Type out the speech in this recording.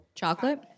Chocolate